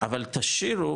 אבל תשאירו,